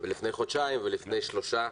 ולפני חודשיים ולפני שלושה,